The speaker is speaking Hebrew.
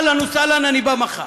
אהלן וסהלן, אני בא מחר.